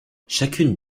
chacune